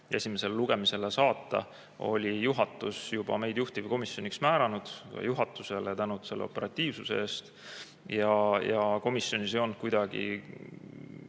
esimesele lugemisele saata, oli juhatus juba meid juhtivkomisjoniks määranud. Juhatusele suur tänu selle operatiivsuse eest! Komisjonis ei olnud kuidagi